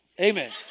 Amen